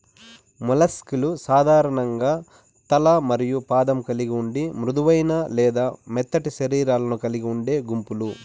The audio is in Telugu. మొలస్క్ లు సాధారణంగా తల మరియు పాదం కలిగి ఉండి మృదువైన లేదా మెత్తటి శరీరాలను కలిగి ఉండే గుంపులు